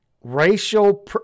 Racial